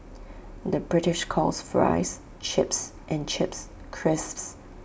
the British calls Fries Chips and Chips Crisps